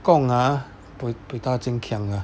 kong ah buay da jin kiang ah